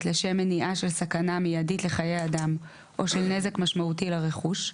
לשם מניעה של סכנה מיידית לחיי אדם או של נזק משמעותי לרכוש,